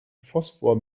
phosphor